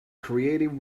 creative